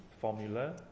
formula